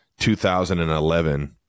2011